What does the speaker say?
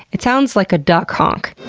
it sounds like a duck honk.